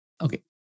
Okay